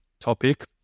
topic